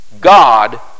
God